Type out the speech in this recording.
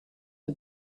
for